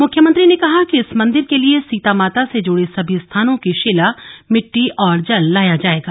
मुख्यमंत्री ने कहा कि इस मन्दिर के लिए सीता माता से जूडे सभी स्थानों की शिला मिट्टी और जल लाया जायेगा